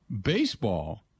Baseball